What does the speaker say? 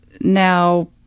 now